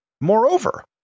Moreover